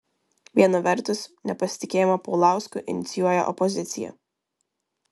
viena vertus nepasitikėjimą paulausku inicijuoja opozicija